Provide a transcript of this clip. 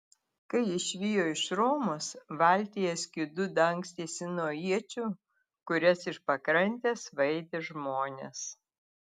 kai išvijo iš romos valtyje skydu dangstėsi nuo iečių kurias iš pakrantės svaidė žmonės